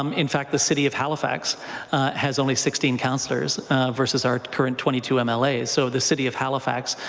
um in fact, the city of halifax has only sixteen councillors versus our current twenty two mlas. um ah like so the city of halifax,